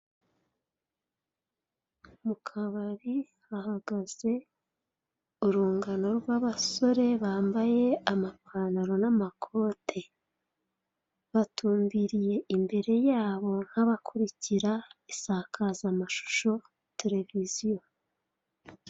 Mukabari hahagaze urungano rwa abasore bambaye amapantaro n'amakote. Batumbiriye imbere yabo nka abakurikira isakaza mashusho "televiziyo".